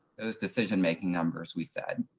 those decision-making numbers we said,